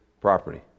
property